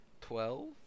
Twelve